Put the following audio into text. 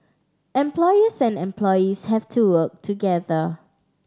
employers and employees have to work together